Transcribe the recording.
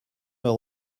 leur